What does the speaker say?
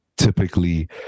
Typically